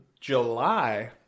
July